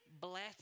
bless